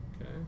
Okay